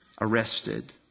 arrested